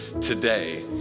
today